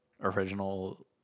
Original